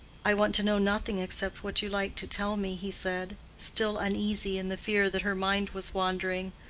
i want to know nothing except what you like to tell me, he said, still uneasy in the fear that her mind was wandering.